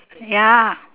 ya